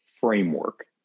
framework